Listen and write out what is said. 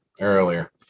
earlier